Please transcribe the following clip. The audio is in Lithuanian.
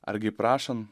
argi prašant